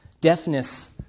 deafness